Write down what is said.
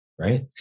Right